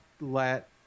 let